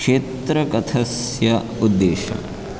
क्षेत्रकथस्य उद्देश्यम्